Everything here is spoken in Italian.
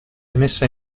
messa